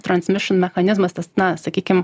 transmišn mechanizmas tas na sakykim